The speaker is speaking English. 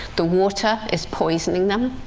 the water is poisoning them?